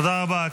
תודה רבה.